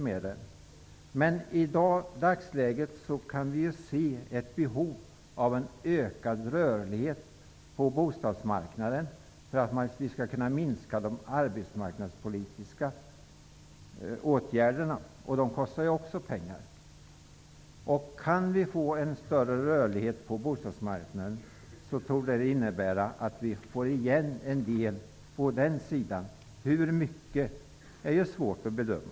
Men i dagsläget kan vi se ett behov av en ökad rörlighet på bostadsmarknaden för att kunna minska omfattningen på de arbetsmarknadspolitiska åtgärderna. Det kostar också pengar. Kan vi få en större rörlighet på bostadsmarknaden, torde det innebära att vi kan få igen en del. Hur mycket är svårt att bedöma.